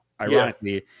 ironically